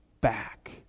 back